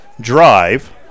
drive